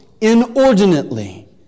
inordinately